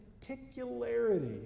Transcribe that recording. particularity